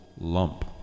lump